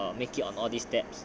make it on all these steps